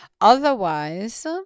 Otherwise